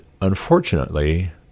unfortunately